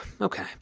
okay